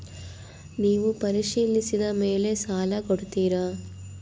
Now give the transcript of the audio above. ನೇವು ಪರಿಶೇಲಿಸಿದ ಮೇಲೆ ಸಾಲ ಕೊಡ್ತೇರಾ?